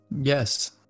yes